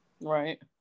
Right